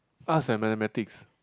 arts and mathematics